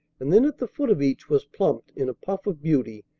and then at the foot of each was plumped, in a puff of beauty,